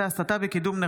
משה